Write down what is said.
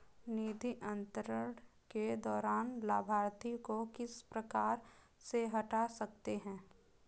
निधि अंतरण के दौरान लाभार्थी को किस प्रकार से हटा सकते हैं?